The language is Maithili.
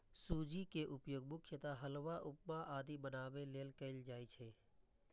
सूजी के उपयोग मुख्यतः हलवा, उपमा आदि बनाबै लेल कैल जाइ छै